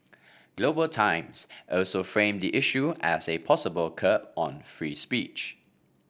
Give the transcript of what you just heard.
Global Times also framed the issue as a possible curb on free speech